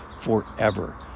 forever